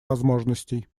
возможностей